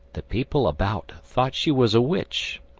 the people about thought she was a witch,